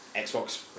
Xbox